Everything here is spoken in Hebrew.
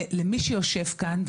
למי שיושב כאן,